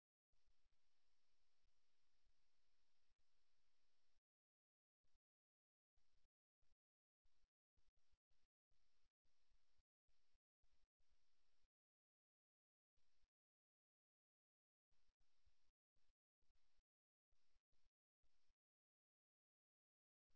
ஆனால் விரக்தியடைய வேண்டாம் ஏற்கனவே செயலில் உள்ள உரையாடலில் சேர விரும்பினால் நீங்கள் செய்யக்கூடிய இரண்டு விஷயங்கள் உள்ளன முதலில் வேறொரு நபரைச் சேர்ப்பதற்கு தயாராக அவர்கள் இருக்கிறார்களா என்பதை அறிய வேண்டும்